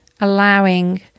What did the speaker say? allowing